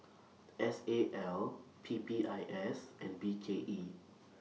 S A L P P I S and B K E